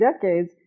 decades